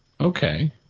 Okay